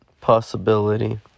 Possibility